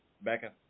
Becca